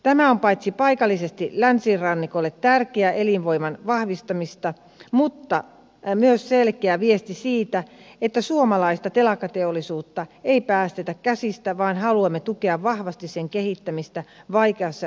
tämä on paitsi paikallisesti länsirannikolle tärkeää elinvoiman vahvistamista myös selkeä viesti siitä että suomalaista telakkateollisuutta ei päästetä käsistä vaan haluamme tukea vahvasti sen kehittämistä vaikeassa rakennemuutostilanteessa